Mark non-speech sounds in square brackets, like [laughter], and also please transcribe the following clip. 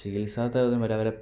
ചികിത്സിക്കത്തൊരകലം [unintelligible]